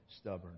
stubborn